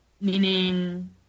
Meaning